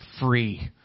free